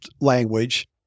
language